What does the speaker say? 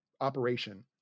operation